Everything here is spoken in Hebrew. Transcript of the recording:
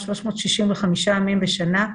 365 ימים בשנה,